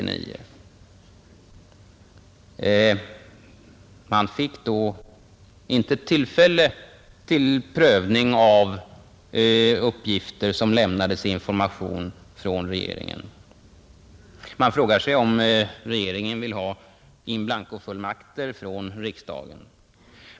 Men riksdagen fick alltså inte tillfälle till prövning av uppgifter som lämnades i information från regeringen. Man frågar sig om regeringen vill ha in blanco-fullmakter från riksdagen.